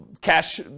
cash